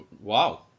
Wow